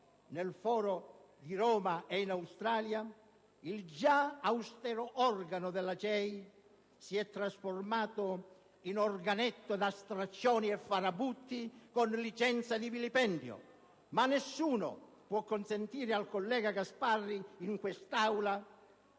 nel foro di Roma e in Australia, il già austero organo della CEI si è trasformato in organetto da straccioni e farabutti con licenza di vilipendio, ma nessuno può consentire al collega Gasparri, in quest'Aula,